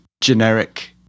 generic